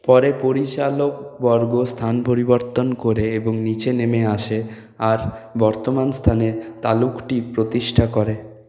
পরে পরিচালকবর্গ স্থান পরিবর্তন করে এবং নিচে নেমে আসে আর বর্তমান স্থানে তালুকটি প্রতিষ্ঠা করে